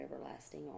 everlasting